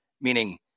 Meaning